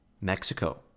Mexico